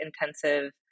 intensive